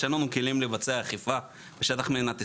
אין לנו כלים לבצע אכיפה בשטח מדינת ישראל,